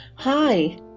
hi